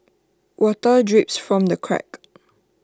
water drips from the cracks